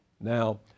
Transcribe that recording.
Now